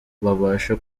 babasha